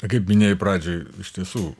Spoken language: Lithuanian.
na kaip minėjai pradžioj iš tiesų